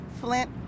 Flint